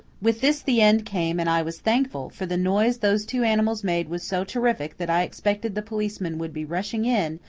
with this the end came and i was thankful, for the noise those two animals made was so terrific that i expected the policeman would be rushing in,